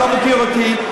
אתה לא מכיר אותי,